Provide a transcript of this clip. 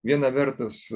viena vertus